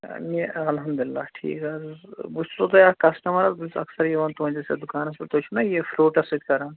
مےٚ الحمدُاللہ ٹھیٖک حظ بہٕ چھُسو تۄہہِ اَکھ کَسٹٕمَر حظ بہٕ چھُس اَکثر یِوان تُہٕنٛدِس یَتھ دُکانَس پٮ۪ٹھ تُہۍ چھُو نا یہِ فرٛوٗٹَس سۭتۍ کَران